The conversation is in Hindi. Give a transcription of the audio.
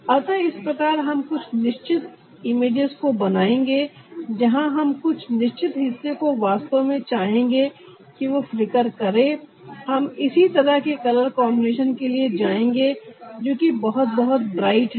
अतः इस प्रकार हम कुछ निश्चित इमेजेस को बनाएंगे जहां हम कुछ निश्चित हिस्से को वास्तव में चाहेंगे कि वह फ्लिकर करे हम इसी तरह के कलर कॉन्बिनेशन के लिए जाएंगे जो कि बहुत बहुत ब्राइट है